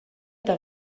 eta